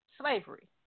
slavery